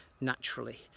naturally